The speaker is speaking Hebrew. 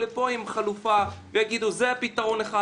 לפה עם חלופה ויגידו זה פתרון אחד,